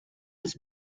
his